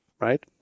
Right